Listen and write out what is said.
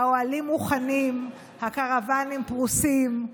האוהלים מוכנים, הקרוואנים פרוסים,